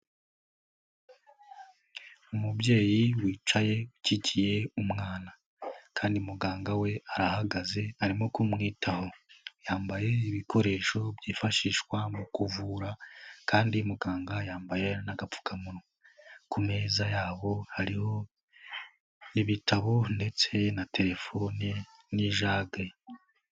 Umubyeyi wicaye ukikiye umwana kandi muganga we arahagaze arimo kumwitaho, yambaye ibikoresho byifashishwa mu kuvura, kandi muganga yambaye n'agapfukamunwa ku meza yabo hariho ibitabo ndetse na telefone nijage.